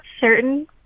certain